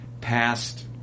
past